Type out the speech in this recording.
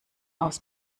aus